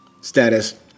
status